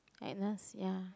kindness ya